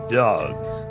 dogs